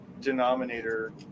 denominator